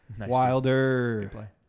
Wilder